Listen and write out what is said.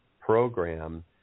program